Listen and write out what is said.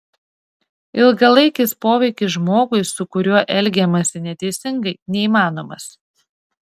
ilgalaikis poveikis žmogui su kuriuo elgiamasi neteisingai neįmanomas